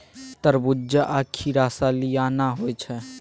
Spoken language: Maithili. तरबूज्जा आ खीरा सलियाना होइ छै